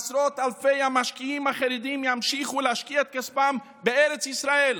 עשרות אלפי המשקיעים החרדים ימשיכו להשקיע את כספם בארץ ישראל,